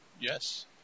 Yes